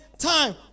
time